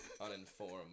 uninformed